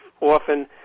often